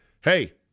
hey